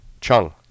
Chung